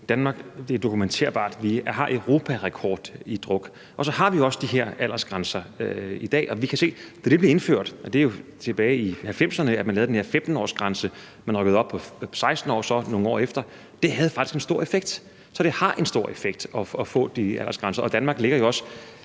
og det er dokumenterbart, har europarekord i druk. Og så har vi også de her aldersgrænser i dag, og vi kan se, at da det blev indført – og det var jo tilbage i 90’erne, hvor man lavede den her 15-årsgrænse, og nogle år efter rykkede man den op på 16 år – havde det faktisk en stor effekt. Så det har en stor effekt at få de her aldersgrænser. Og Danmark ligger jo også